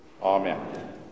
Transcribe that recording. Amen